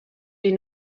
des